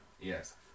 Yes